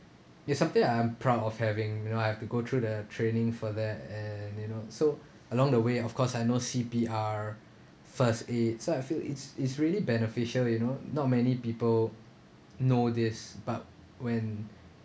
it's something I'm proud of having you know I have to go through the training for that and you know so along the way of course I know C_P_R first aid so I feel it's it's really beneficial you know not many people know this but when